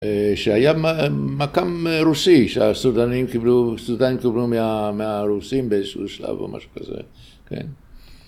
‫שהיה מק״מ רוסי שהסודנים קיבלו, ‫הסודנים קיבלו מהרוסים ‫באיזשהו שלב או משהו כזה, כן.